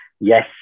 yes